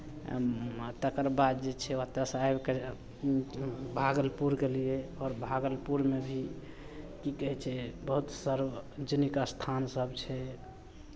तकरबाद जे छै ओतयसँ आबि कऽ भागलपुर गेलियै आओर भागलपुरमे भी की कहै छै बहुत सार्वजनिक स्थानसभ छै